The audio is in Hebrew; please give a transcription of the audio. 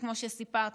וכמו שסיפרתי,